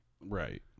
Right